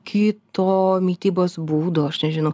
kito mitybos būdo aš nežinau